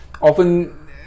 often